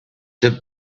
the